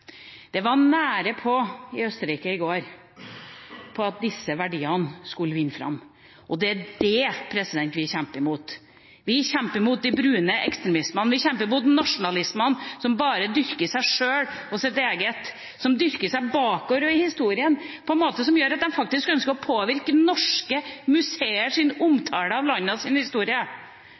Østerrike var det i går nære på at disse verdiene skulle vinne fram. Det er dette vi kjemper imot. Vi kjemper imot de brune ekstremistene, vi kjemper imot nasjonalistene som bare dyrker seg selv og sitt eget, som dyrker seg bakover i historien på en måte som gjør at de faktisk ønsker å påvirke norske museers omtaler av landenes historie.